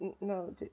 no